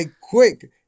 quick